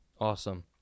Awesome